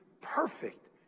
perfect